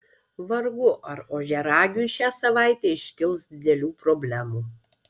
vargu ar ožiaragiui šią savaitę iškils didelių problemų